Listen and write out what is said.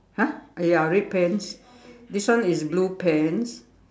!huh! ya red pants this one is blue pants